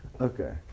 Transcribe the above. Okay